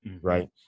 Right